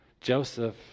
Joseph